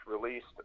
released